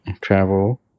travel